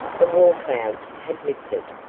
the war clouds had lifted,